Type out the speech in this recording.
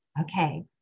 Okay